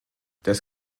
das